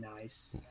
nice